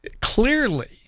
Clearly